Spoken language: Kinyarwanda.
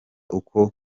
uko